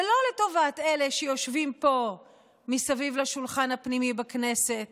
ולא לטובת אלה שיושבים פה מסביב לשולחן הפנימי בכנסת